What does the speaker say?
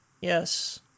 yes